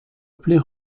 appelées